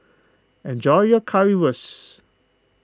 enjoy your Currywurst